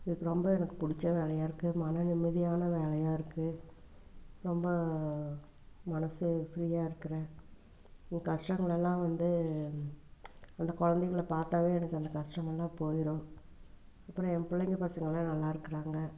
எனக்கு ரொம்ப எனக்கு பிடிச்ச வேலையாக இருக்குது மன நிம்மதியான வேலையாக இருக்குது ரொம்ப மனசு ஃப்ரீயாக இருக்கிறேன் உ கஷ்டங்களை எல்லாம் வந்து அந்த குழந்தைங்கள பார்த்தாவே எனக்கு அந்த கஷ்டமெல்லாம் போய்டும் அப்புறம் என் பிள்ளைங்க பசங்கெல்லாம் நல்லா இருக்கிறாங்க